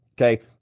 Okay